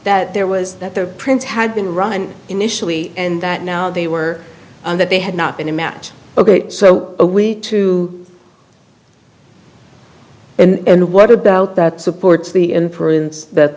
that there was that the prince had been run initially and that now they were that they had not been a match so a week too and what about that supports the inference that